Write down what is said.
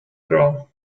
grow